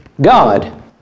God